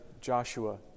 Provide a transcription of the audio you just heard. Joshua